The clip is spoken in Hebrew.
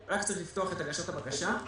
רק צריך לפתוח את הגשת הבקשה.